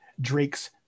drake's